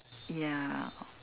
ya